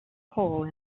hole